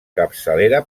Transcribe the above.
capçalera